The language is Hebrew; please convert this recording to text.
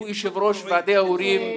הוא יושב ראש ועדי ההורים.